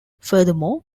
furthermore